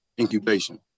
Incubation